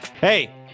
Hey